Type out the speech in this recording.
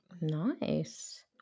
Nice